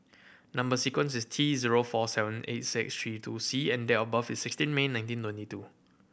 number sequence is T zero four seven eight six three two C and date of birth is sixteen May nineteen twenty two